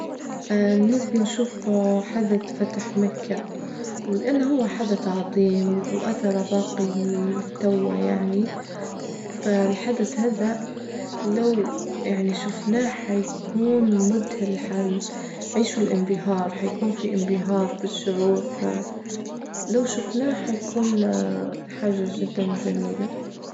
نبي نشوف حدث فتح مكة، لإن هو حدث عظيم وأثره باقي لتوه يعني، فالحدث هذا لو يعني شفناه حيكون مذهل، عيشوا الإنبهار، حيكون في إنبهار في الشعور، فلو شفناه حيكون حاجة جدا جميلة.